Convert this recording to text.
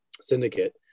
syndicate